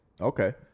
Okay